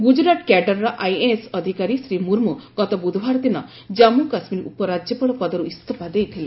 ଗୁଜରାଟ କ୍ୟାଡରର ଆଇଏଏସ୍ ଅଧିକାରୀ ଶ୍ରୀ ମୁର୍ମୁ ଗତ ବୁଧବାର ଦିନ ଜାନ୍ପୁ କାଶ୍ମୀର ଉପରାଜ୍ୟପାଳ ପଦର୍ ଇସ୍ତଫା ଦେଇଥିଲେ